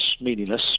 meaningless